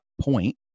point